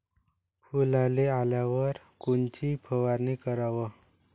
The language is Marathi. फुलाले आल्यावर कोनची फवारनी कराव?